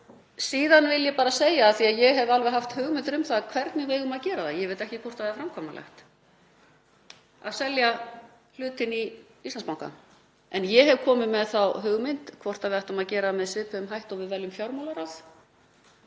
í.) Síðan vil ég bara segja að ég hef alveg haft hugmynd um það hvernig við eigum að gera það en ég veit ekki hvort það er framkvæmanlegt, að selja hlutinn í Íslandsbanka, en ég hef komið með þá hugmynd hvort við ættum að gera það með svipuðum hætti og við veljum fjármálaráð,